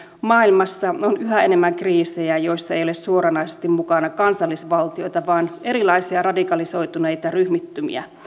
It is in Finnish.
maailmassa on yhä enemmän kriisejä joissa ei ole suoranaisesti mukana kansallisvaltioita vaan erilaisia radikalisoituneita ryhmittymiä